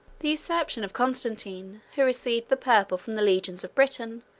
the usurpation of constantine, who received the purple from the legions of britain,